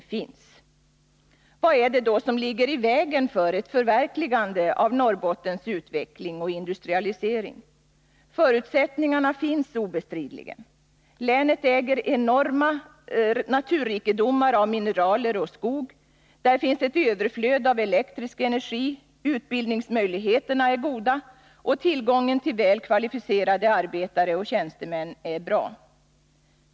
Vad är det då som ligger i vägen för ett förverkligande av Norrbottens utveckling och industrialisering? Förutsättningarna finns obestridligen. Länet äger enorma naturrikedomar av mineralier och skog, där finns ett överflöd av elektrisk energi, utbildningsmöjligheterna är goda och tillgången till väl kvalificerade arbetare och tjänstemän är bra.